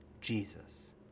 Jesus